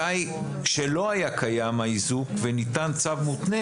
מתי כשלא היה קיים האיזוק וניתן צו מותנה,